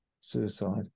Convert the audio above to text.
suicide